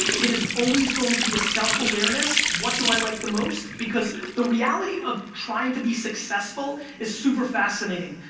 it is always going to be a self-awareness what do i like the most? because the reality of trying to be successful is super fascinating?